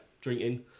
drinking